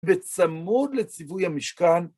בצמוד לציווי המשכן.